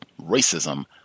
racism